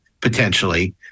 potentially